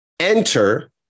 enter